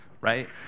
right